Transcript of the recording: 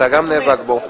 אתה גם נאבק בו.